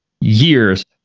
years